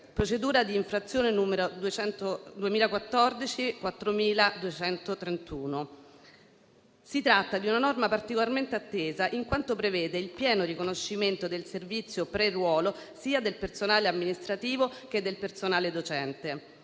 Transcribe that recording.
(procedura di infrazione n. 2014/4231). Si tratta di una norma particolarmente attesa, in quanto prevede il pieno riconoscimento del servizio pre-ruolo sia del personale amministrativo che del personale docente.